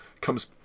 comes